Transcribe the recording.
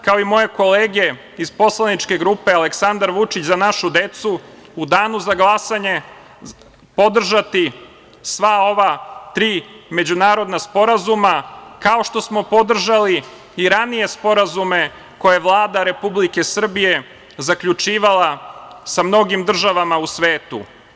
Kao i moje kolege iz Poslaničke grupe Aleksandar Vučić - Za našu decu ću u danu za glasanje podržaću sva ova tri međunarodna sporazuma, kao što smo podržali i ranije sporazume koje je Vlada Republike Srbije zaključivala sa mnogim državama u svetu.